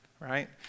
right